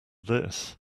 this